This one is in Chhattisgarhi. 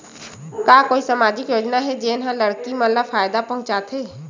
का कोई समाजिक योजना हे, जेन हा लड़की मन ला फायदा पहुंचाथे?